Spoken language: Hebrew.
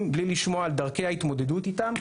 בלי לשמוע על דרכי ההתמודדות איתם,